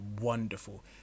wonderful